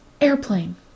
Airplane